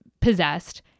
Possessed